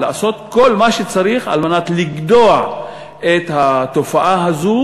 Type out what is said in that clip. לעשות כל מה שצריך כדי לגדוע את התופעה הזאת